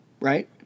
Right